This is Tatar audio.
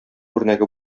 үрнәге